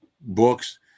books